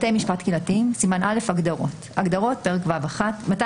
בתי משפט קהילתיים סימן א': הגדרות הגדרות - פרק ו'1220א